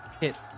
hits